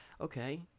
okay